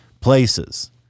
places